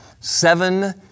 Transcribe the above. Seven